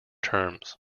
terms